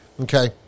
Okay